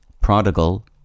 prodigal